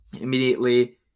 immediately